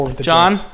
John